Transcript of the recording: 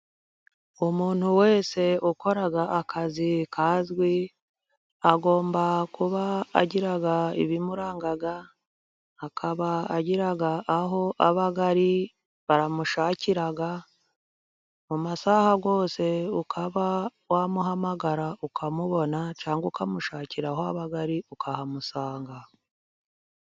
Umuntu wese ukora akazi kazwi, agomba kuba agira ibimuranga akaba agira aho aba ari, bamushakira, mu masaha yose ukaba wamuhamagara ukamubona, cyangwa ukamushakira aho aba ari ukahamusanga.